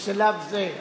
בשלב זה,